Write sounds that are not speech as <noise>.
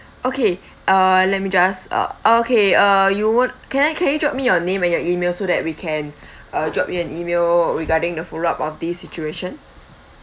okay uh let me just uh okay uh you won't can I can you drop me your name and your email so that we can <breath> uh drop you an email regarding the follow up of this situation